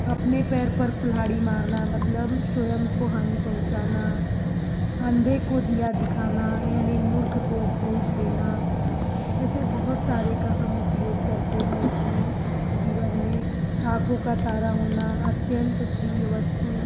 अपने पैर पर कुल्हाड़ी मारना मतलब स्वयं को हानि पहुँचाना अंधे को दीया दिखाना यानि मूर्ख को उपदेश देना ऐसे बहुत सारे का हम उपयोग करते हैं अपने जीवन में आँखों का तारा होना अत्यंत प्रिय वस्तु